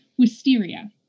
Wisteria